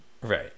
Right